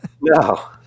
no